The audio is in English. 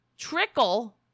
trickle